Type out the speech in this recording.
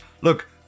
Look